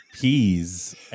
peas